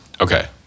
Okay